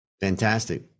Fantastic